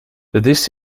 this